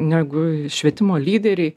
negu švietimo lyderiai